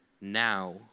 now